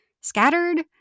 Scattered